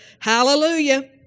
Hallelujah